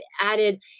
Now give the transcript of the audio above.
added